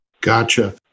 gotcha